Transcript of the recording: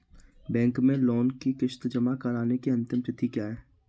Bank में loan की किश्त जमा कराने की अंतिम तिथि क्या है?